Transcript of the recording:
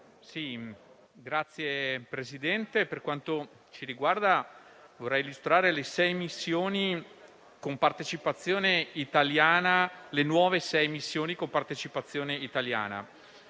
Signor Presidente, per quanto mi riguarda, vorrei illustrare le nuove sei missioni con partecipazione italiana: